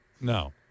No